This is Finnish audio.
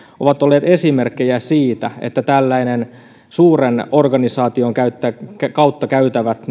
ovat olleet esimerkkejä siitä että tällaisen suuren organisaation kautta käytävät